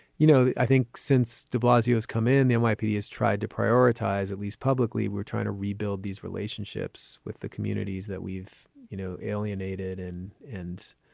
you know, i think since de blasio's come in, the and nypd has tried to prioritize, at least publicly we're trying to rebuild these relationships with the communities that we've, you know, alienated and and